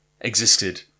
existed